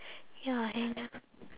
ya henna